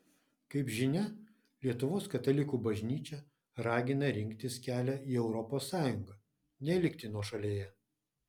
kaip žinia lietuvos katalikų bažnyčia ragina rinktis kelią į europos sąjungą nelikti nuošalėje